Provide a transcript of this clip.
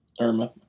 Irma